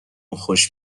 خوش